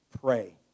Pray